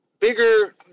bigger